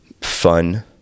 fun